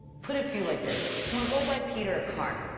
put it for you like this. we go buy peter a car.